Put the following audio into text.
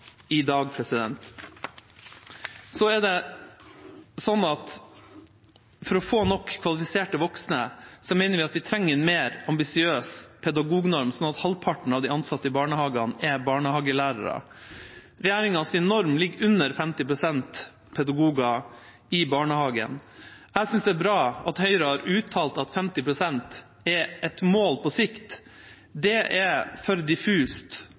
i dag. For å få nok kvalifiserte voksne mener vi at vi trenger en mer ambisiøs pedagognorm, slik at halvparten av de ansatte i barnehagene er barnehagelærere. Regjeringas norm ligger under 50 pst. pedagoger i barnehagen. Jeg synes det er bra at Høyre har uttalt at 50 pst. er et mål på sikt. Det er likevel for diffust, og det nytter ikke så lenge regjeringa de